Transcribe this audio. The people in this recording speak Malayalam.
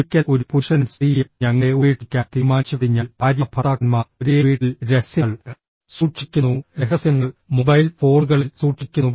ഒരിക്കൽ ഒരു പുരുഷനും സ്ത്രീയും ഞങ്ങളെ ഉപേക്ഷിക്കാൻ തീരുമാനിച്ചുകഴിഞ്ഞാൽ ഭാര്യാഭർത്താക്കന്മാർ ഒരേ വീട്ടിൽ രഹസ്യങ്ങൾ സൂക്ഷിക്കുന്നു രഹസ്യങ്ങൾ മൊബൈൽ ഫോണുകളിൽ സൂക്ഷിക്കുന്നു